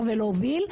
ולהוביל.